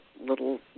little